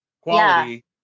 quality